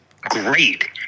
great